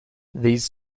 these